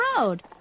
road